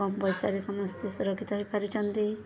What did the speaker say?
କମ ପଇସାରେ ସମସ୍ତେ ସୁରକ୍ଷିତ ହେଇପାରିଛନ୍ତି